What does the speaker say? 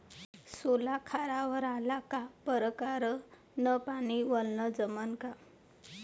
सोला खारावर आला का परकारं न पानी वलनं जमन का?